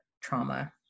trauma